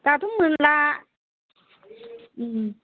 दाथ' मोनला